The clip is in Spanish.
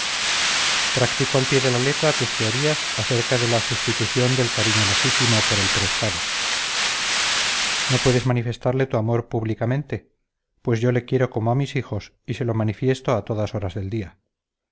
practico al pie de la letra tus teorías acerca de la sustitución del cariño legítimo por el prestado no puedes manifestarle tu amor públicamente pues yo le quiero como a mis hijos y se lo manifiesto a todas horas del día